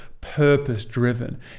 purpose-driven